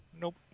Nope